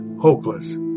hopeless